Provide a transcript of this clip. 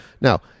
Now